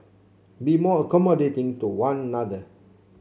be more accommodating to one other